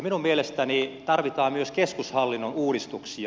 minun mielestäni tarvitaan myös keskushallinnon uudistuksia